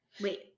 Wait